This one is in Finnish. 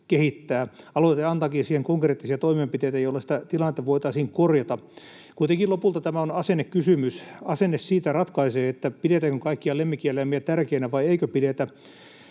kehittää. Aloite antaakin konkreettisia toimenpiteitä, joilla tilannetta voitaisiin korjata. Kuitenkin lopulta tämä on asennekysymys. Asenne siitä, pidetäänkö kaikkia lemmikkieläimiä tärkeinä vai eikö pidetä,